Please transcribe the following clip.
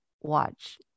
watch